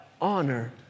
honor